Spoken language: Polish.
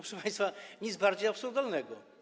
Proszę państwa, nic bardziej absurdalnego.